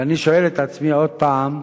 ואני שואל את עצמי עוד פעם,